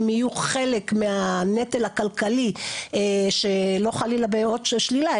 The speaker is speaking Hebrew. הם יהיו חלק מהנטל הכלכלית שלא חלילה בעיות שלשלילה,